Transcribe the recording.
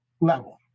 level